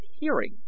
hearing